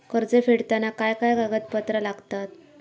कर्ज फेडताना काय काय कागदपत्रा लागतात?